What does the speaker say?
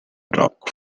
rock